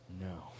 no